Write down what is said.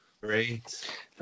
Great